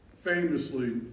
famously